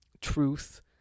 truth